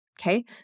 Okay